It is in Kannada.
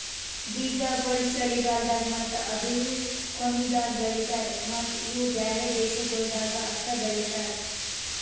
ಬೀಜಾಗೋಳ್ ಚಳಿಗಾಲ್ದಾಗ್ ಮತ್ತ ಅದೂರು ಕೊನಿದಾಗ್ ಬೆಳಿತಾರ್ ಮತ್ತ ಇವು ಬ್ಯಾರೆ ದೇಶಗೊಳ್ದಾಗ್ ಅಷ್ಟೆ ಬೆಳಿತಾರ್